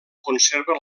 conserva